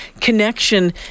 connection